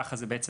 ככה זה מחולק.